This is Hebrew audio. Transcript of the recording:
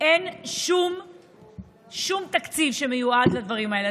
אין שום תקציב שמיועד לדברים האלה.